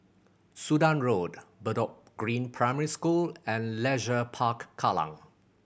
Sudan Road Bedok Green Primary School and Leisure Park Kallang